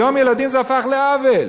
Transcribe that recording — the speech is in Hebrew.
היום ילדים, זה הפך לעוול.